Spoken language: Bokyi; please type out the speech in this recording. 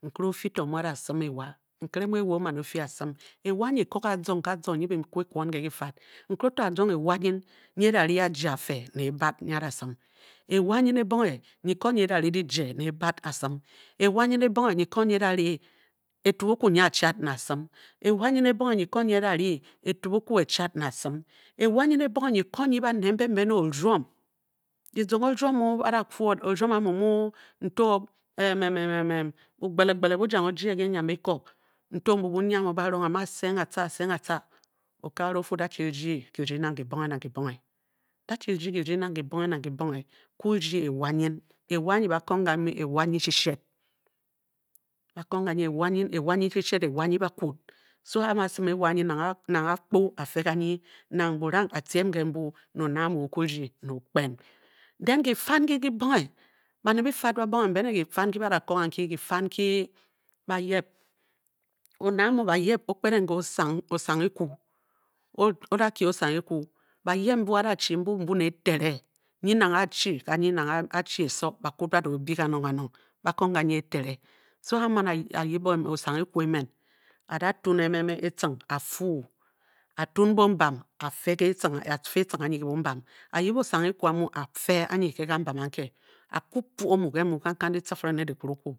Nkere ofi to mu a-da sim ewa nkere mu ewa o-fi a-sim ewa nyi ko ga zong, ga zong nyi bi kwu kwon ke difad mkere to a-jong ewa nyin nyi e dari ajie a fe ne e-bad nyi a-da sim, ewa nyin ebonghe nyi ko nyi e-da ri dijie ne ebad a-sim ewa nyin ebonghe nyi nyi e-da ri etukukwu nyia chad ne a-sin, ewa nyin ebonghe nyi ko nyi ba ned mbe be ne oruom, kizong oroum mu ba fu oruom amue mu nto bo-ogbele gbele bu dang o-jie ke enyiambiko nto bubwu nyiang o barong, a-mu a-seng a-tca, a-seng atca okagara o-fu dachi rdi kirding nang kibonghe nang kibonghe dachi rdi kirding nang kibonghe nang kibonghe. Kwu rdi ewa nyin ewa anyi ba kong ganyi ewa nyi sheshed. ba kong ganyi ewa nyin, ewa nyyi sheshed ewa nyi bakwud so a mu a-sim ewa nyin, nang a, nang akpu a-fe ganyi nang burang a-tiem kembyi ne oned amubo-kwu rdi ne o-kpen den kifad nkin kibonghe baned kifad ba bonghe mbe ne kifad nki ba da ko kanki, kifad nki bayep one anw bayep o-kpedeng ke osang, osang ekwu, o-da kie osang ekwu bayep mbu da du mbu bu ne etere, nyi nang achi ganyi nang a-chi eso bakwud ba da o byi kanong kanong ba kong ganyi etere so a a man a yip osang ekwe e-man a da tuun etcing a-fwu, a-tuun bo-ombam a-fe ke etcing, a-fe etcing anyi ke bo-ombam, a-yip osang e-kwu a mu a-fe anyi ke kanbam anke, a-kwu pwo omu ke mu, kankang ditcifering ne dikrukwu